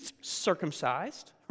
circumcised